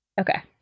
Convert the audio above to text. Okay